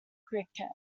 cricket